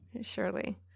Surely